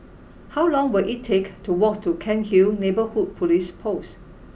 how long will it take to walk to Cairnhill Neighbourhood Police Post